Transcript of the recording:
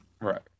right